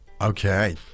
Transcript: Okay